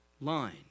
line